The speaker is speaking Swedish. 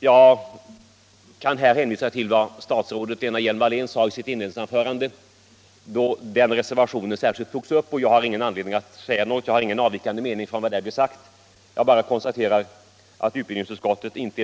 Jag kan hänvisa till vad statsrådet Hjelm Wallén sade i sitt inledningsanförande, i vilket hon särskilt tog upp den reservationen. Jag har där ingen mening som avviker från vad statsrådet sade. Jag konstaterar bara att utbildningsutskottet inte